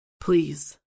Please